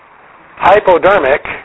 hypodermic